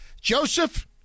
Joseph